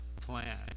plan